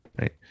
right